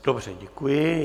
Dobře, děkuji.